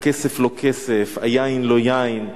הכסף לא כסף, היין לא יין,